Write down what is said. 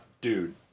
dude